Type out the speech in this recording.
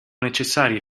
necessarie